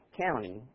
county